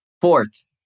fourth